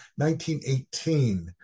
1918